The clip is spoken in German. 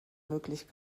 möglich